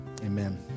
Amen